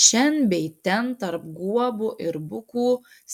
šen bei ten tarp guobų ir bukų